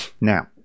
Now